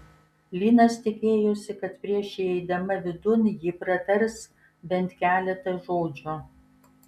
linas tikėjosi kad prieš įeidama vidun ji pratars bent keletą žodžių